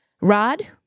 Rod